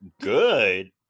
good